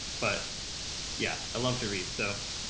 but yeah, i love to read so.